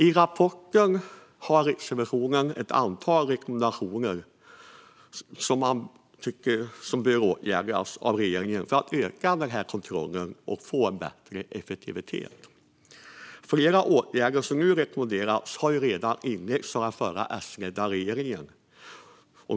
I rapporten har Riksrevisionen ett antal rekommendationer om vad som bör åtgärdas av regeringen för att öka kontrollen och få bättre effektivitet. Flera åtgärder som nu rekommenderas har redan inletts av den förra Sledda regeringen.